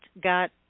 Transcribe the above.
got